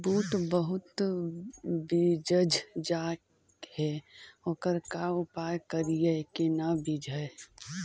बुट बहुत बिजझ जा हे ओकर का उपाय करियै कि न बिजझे?